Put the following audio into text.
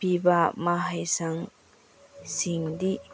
ꯄꯤꯕ ꯃꯍꯩꯁꯪꯁꯤꯡꯗꯤ